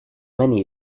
many